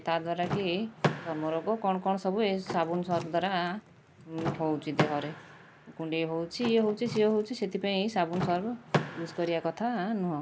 ତା ଦ୍ୱାରାକି ଚର୍ମ ରୋଗ କ'ଣ କ'ଣ ସବୁ ଏଇ ସାବୁନ ସର୍ଫ ଦ୍ୱାରା ହେଉଛି ଦେହରେ କୁଣ୍ଡେଇ ହେଉଛି ଇଏ ହେଉଛି ସିଏ ହେଉଛି ସେଥିପାଇଁ ଏଇ ସାବୁନ ସର୍ଫ ୟୁଜ୍ କରିବା କଥା ନୁହଁ